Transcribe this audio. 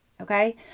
Okay